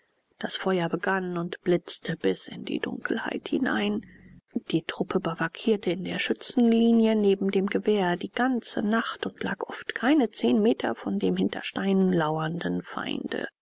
das feuer begann und blitzte bis in die dunkelheit hinein die truppe biwakierte in der schützenlinie neben dem gewehr die ganze nacht und lag oft keine zehn meter von dem hinter steinen lauernden feinde